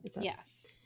Yes